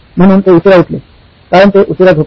म्हणून ते उशीरा उठलेकारण ते उशीरा झोपले